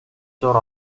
зуур